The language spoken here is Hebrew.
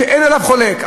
שאין עליו חולק,